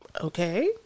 Okay